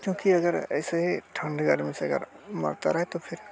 क्योंकि अगर ऐसे ही ठंड गर्मी से अगर मरता रहे तो फिर